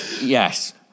yes